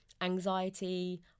anxiety